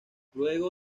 luego